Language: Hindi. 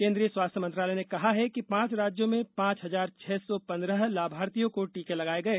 केन्द्रीय स्वास्थ्य मंत्रालय ने कहा है कि पांच राज्यों में पांच हजार छह सौ पन्द्रह लाभार्थियों को टीके लगाए गए